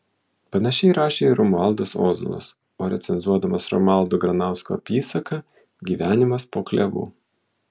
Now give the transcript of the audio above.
panašiai rašė ir romualdas ozolas recenzuodamas romualdo granausko apysaką gyvenimas po klevu